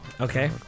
Okay